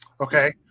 Okay